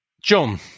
John